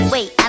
Wait